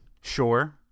sure